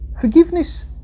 forgiveness